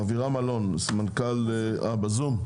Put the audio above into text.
אבירם אלון, בבקשה, בזום.